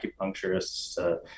acupuncturists